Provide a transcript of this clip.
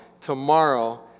tomorrow